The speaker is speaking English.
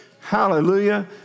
Hallelujah